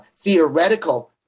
theoretical